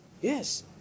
Yes